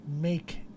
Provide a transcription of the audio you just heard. Make